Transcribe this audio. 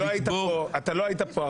זה לקבור --- לא היית פה,